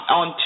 on